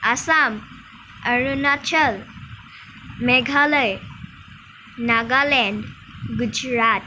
Assam Arunachal Meghalaya Nagaland Gujarat